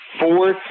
fourth